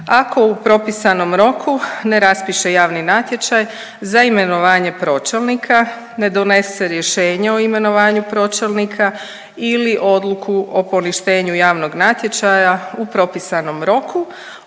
ako u propisanom roku ne raspiše javni natječaj za imenovanje pročelnika, ne donese rješenje o imenovanju pročelnika ili odluku o poništenju javnog natječaja u propisanom roku